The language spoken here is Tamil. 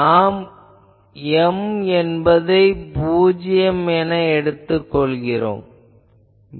நாம் M என்பதை பூஜ்யம் என எடுத்துக் கொள்கிறோம்